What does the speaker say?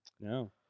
No